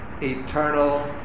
eternal